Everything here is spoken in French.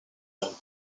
alpes